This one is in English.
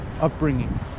upbringing